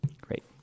Great